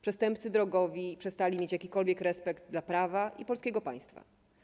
Przestępcy drogowi przestali mieć jakikolwiek respekt dla prawa i polskiego państwa.